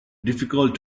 difficult